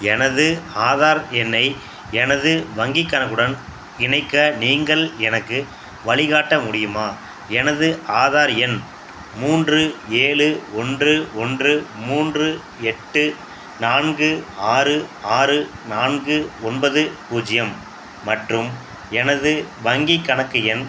எனது ஆதார் எண்ணை எனது வங்கிக் கணக்குடன் இணைக்க நீங்கள் எனக்கு வழிகாட்ட முடியுமா எனது ஆதார் எண் மூன்று ஏழு ஒன்று ஒன்று மூன்று எட்டு நான்கு ஆறு ஆறு நான்கு ஒன்பது பூஜ்ஜியம் மற்றும் எனது வங்கிக் கணக்கு எண்